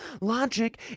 Logic